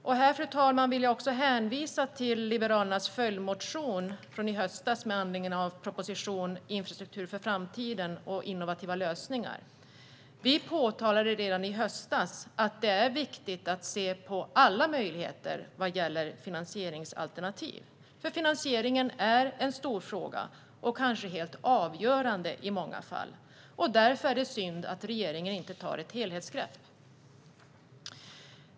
I detta sammanhang vill jag hänvisa till Liberalernas följdmotion från i höstas med anledning av propositionen Infrastruktur för framtiden - innovativa lösningar för stärkt konkurrenskraft och hållbar utveckling . Vi påpekade redan då att det är viktigt att se på alla möjligheter vad gäller finansieringsalternativ, för finansieringen är en stor fråga. Kanske är den i många fall helt avgörande. Därför är det synd att regeringen inte tar ett helhetsgrepp.